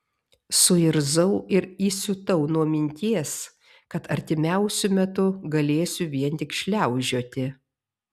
suirzau ir įsiutau nuo minties kad artimiausiu metu galėsiu vien tik šliaužioti